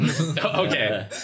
Okay